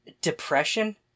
depression